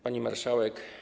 Pani Marszałek!